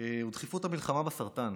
שהוא דחיפות המלחמה בסרטן.